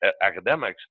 academics